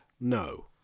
no